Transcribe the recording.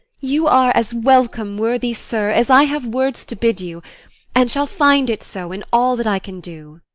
you are as welcome, worthy sir, as i have words to bid you and shall find it so in all that i can do.